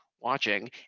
watching